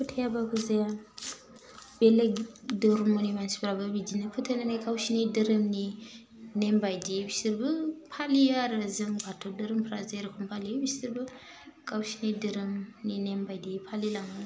फोथायाबाबो जाया बेलेक दोरोमारि मानसिफ्राबो बिदिनो फोथाइलायनाय गावसिनि दोरोमनि नेम बायदि बिसोरबो फालियो आरो जों बाथौ दोरोमफ्रा जेर'खम फालियो बिसोरबो गावसिनि दोरोमनि नेम बायदियै फालि लाङो